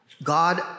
God